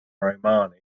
romani